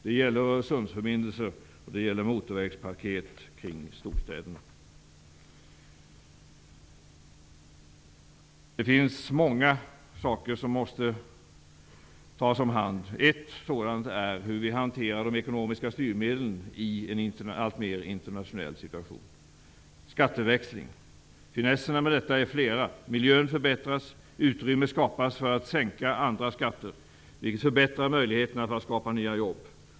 Det gäller Öresundsförbindelsen och det gäller motorvägspaket kring storstäderna. Det finns många saker som måste tas om hand. Ett sådant är hur vi hanterar de ekonomiska styrmedlen i en alltmer internationell situation. Det handlar om skatteväxling. Finesserna med detta är flera. Miljön förbättras, utrymme skapas för att sänka andra skatter, vilket förbättrar möjligheterna att skapa nya jobb.